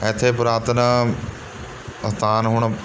ਇੱਥੇ ਪੁਰਾਤਨ ਅਸਥਾਨ ਹੁਣ